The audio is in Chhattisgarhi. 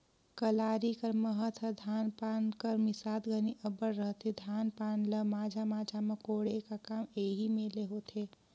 कलारी कर महत हर धान पान कर मिसात घनी अब्बड़ रहथे, धान पान ल माझा माझा मे कोड़े का काम एही मे ले होथे